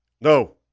No